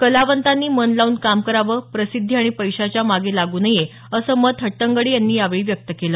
कलावंतानी मन लावून काम करावं प्रसिद्धी आणि पैशाच्या मागे लागू नये असं मत हट्टंगडी यांनी यावेळी व्यक्त केलं